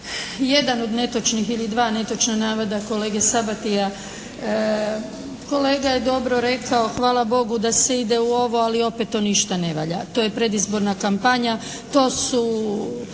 jedan od netočnih ili dva netočna navoda kolege Sabatija. Kolega je dobro rekao hvala Bogu da se ide u ovo, ali to opet ništa ne valja, to je predizborna kampanja, to su